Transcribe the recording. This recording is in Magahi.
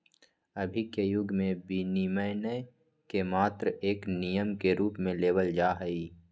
अभी के युग में विनियमन के मात्र एक नियम के रूप में लेवल जाहई